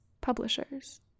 Publishers